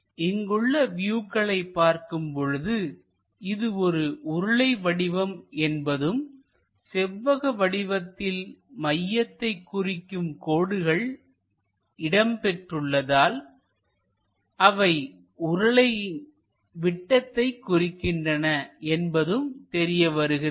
இங்குள்ள வியூக்களை பார்க்கும் பொழுது இது ஒரு உருளை வடிவம் என்பதும் செவ்வக வடிவத்தில் மையத்தைக் குறிக்கும் கோடுகள் இடம் பெற்றுள்ளதால் அவை உருளையை விட்டத்தை குறிக்கின்றன என்பதும் தெரிய வருகிறது